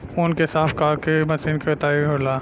ऊँन के साफ क के मशीन से कताई होला